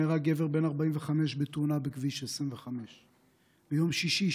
נהרג גבר בן 45 בתאונה בכביש 25. ביום שישי,